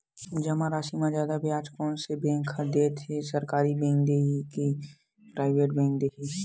जमा राशि म जादा ब्याज कोन से बैंक ह दे ही, सरकारी बैंक दे हि कि प्राइवेट बैंक देहि?